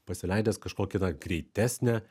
pasileidęs kažkokią na greitesnę